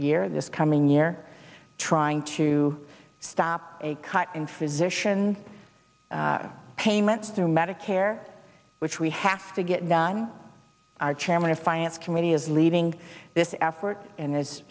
year this coming year trying to stop a cut in physician's payments through medicare which we have to get done our chairman of finance committee is leading this effort and